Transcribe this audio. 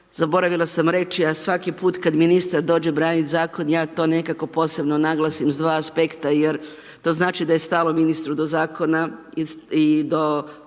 zaboravila sam reći, a svaki put kad ministar dođe braniti Zakon, ja to nekako posebno naglasim s dva aspekta jer to znači da je stalo ministru do Zakona i do